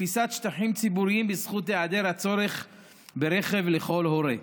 תפיסת שטחים ציבוריים בזכות היעדר הצורך ברכב לכל הורה,